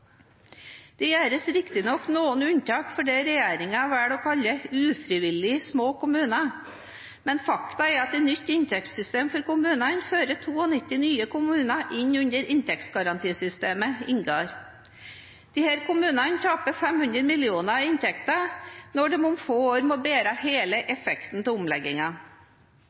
Det gjøres riktignok noen unntak for det som regjeringen velger å kalle «ufrivillig små» kommuner, men faktum er at nytt inntektssystem for kommunene fører 92 nye kommuner inn under inntektsgarantisystemet, INGAR. Disse kommunene taper 500 mill. kr i inntekter når de om få år må bære hele effekten av